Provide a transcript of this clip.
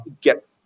get